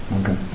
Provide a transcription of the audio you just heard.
Okay